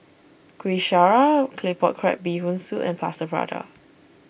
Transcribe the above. Kuih Syara Claypot Crab Bee Hoon Soup and Plaster Prata